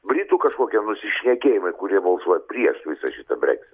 britų kažkokie nusišnekėjimai kurie balsuot prieš visą šitą breksitą